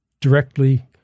directly